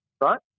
right